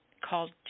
called